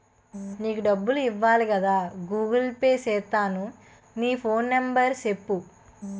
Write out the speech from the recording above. నీకు డబ్బులు ఇవ్వాలి కదా గూగుల్ పే సేత్తాను నీ ఫోన్ నెంబర్ సెప్పు